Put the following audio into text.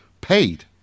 paid